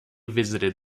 visited